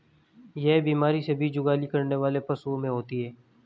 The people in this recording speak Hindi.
यह बीमारी सभी जुगाली करने वाले पशुओं में होती है